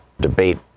debate